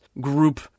group